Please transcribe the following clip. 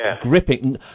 gripping